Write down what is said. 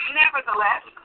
nevertheless